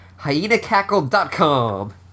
hyenacackle.com